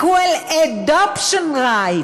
Equal Adoption Rights,